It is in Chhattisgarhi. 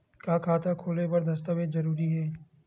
का खाता खोले बर दस्तावेज जरूरी हे?